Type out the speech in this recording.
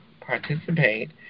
participate